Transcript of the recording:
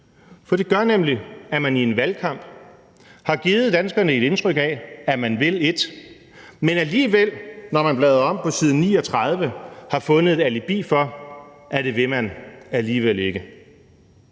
For det gør nemlig, at man i en valgkamp har givet danskerne et indtryk af, man vil et, men alligevel – hvis vi bladrer om på side 39 – har fundet et alibi for, at det vil man alligevel ikke.